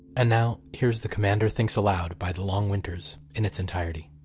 and now, here's the commander thinks aloud by the long winters in its entirety